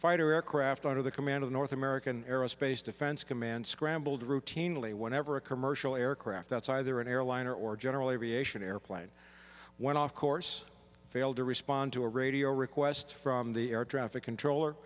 fighter aircraft under the command of north american aerospace defense command scrambled routinely whenever a commercial aircraft that's either an airliner or general aviation airplane went off course failed to respond to a radio request from the air traffic controller